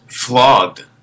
flogged